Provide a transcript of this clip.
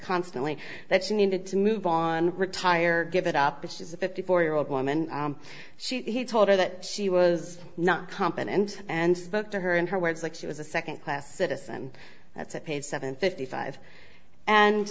constantly that she needed to move on retire give it up because she's a fifty four year old woman she told her that she was not company and and spoke to her and her words like she was a second class citizen that's paid seven fifty five and